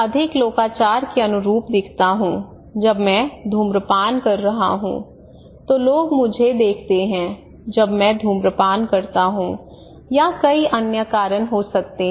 अधिक लोकाचार के अनुरूप दिखता हूं जब मैं धूम्रपान कर रहा हूं तो लोग मुझे देखते हैं जब मैं धूम्रपान करता हूं या कई अन्य कारण हो सकते हैं